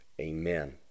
Amen